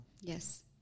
yes